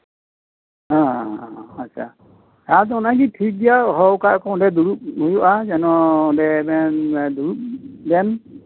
ᱦᱮᱸ ᱦᱮᱸ ᱟᱪᱪᱷᱟ ᱦᱚᱦᱚᱣᱟᱠᱟᱫ ᱠᱚ ᱚᱸᱰᱮ ᱫᱩᱲᱩᱵ ᱦᱩᱭᱩᱜᱼᱟ ᱡᱮᱱᱚ ᱚᱸᱰᱮ ᱫᱩᱲᱩᱵ ᱵᱮᱱ